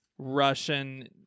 Russian